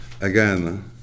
Again